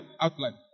outline